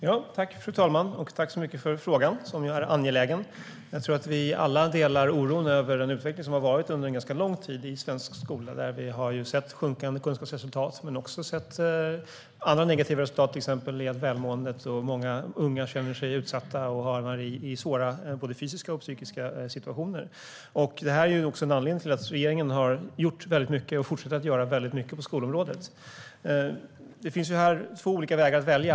Fru talman! Jag vill tacka för en angelägen fråga. Jag tror att vi alla delar oron över den utveckling som har varit i den svenska skolan under ganska lång tid. Vi har sett sjunkande kunskapsresultat men också andra negativa resultat, till exempel när det gäller välmåendet. Många unga känner sig utsatta och hamnar i svåra, både fysiska och psykiska, situationer. Det är anledningar till att regeringen har gjort mycket och fortsätter att göra mycket på skolområdet. Det finns två olika vägar att välja.